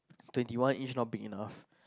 twenty one inch not big enough